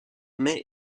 mai